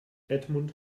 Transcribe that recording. edmund